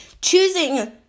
Choosing